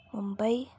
Mumbai